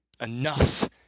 Enough